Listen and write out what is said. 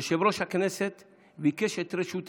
יושב-ראש הכנסת ביקש את רשותי,